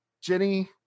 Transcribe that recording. Jenny